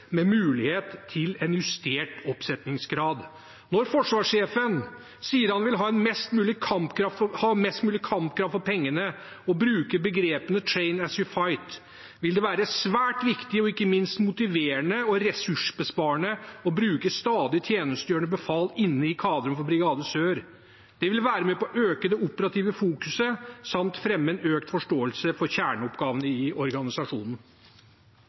med mulighet til en justert oppsetningsgrad. Når forsvarssjefen sier han vil ha mest mulig kampkraft for pengene, og bruker begrepet «train as you fight», vil det være svært viktig og ikke minst motiverende og ressursbesparende å bruke stadig tjenestegjørende befal inne i kaderen for Brigade Sør. Det vil være med på å øke det operative fokuset samt fremme en økt forståelse for kjerneoppgavene i organisasjonen.